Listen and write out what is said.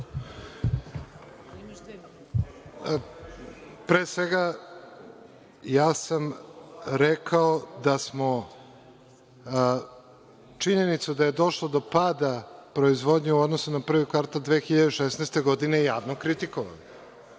Pre svega, rekao sam da smo činjenicu da je došlo do pada proizvodnje u odnosu na prvi kvartal 2016. godine javno kritikovali.